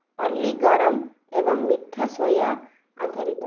ଅଲି ଗରମ ଏବଂ ମିଠା ସୋୟା ଆଧାରିତ